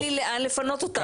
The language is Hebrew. ואין לי לאן לפנות אותם.